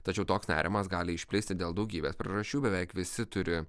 tačiau toks nerimas gali išplisti dėl daugybės priežasčių beveik visi turi